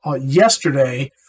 yesterday